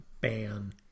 ban